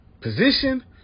position